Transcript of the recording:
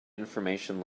information